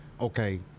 okay